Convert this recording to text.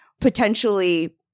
potentially